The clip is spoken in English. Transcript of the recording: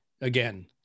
again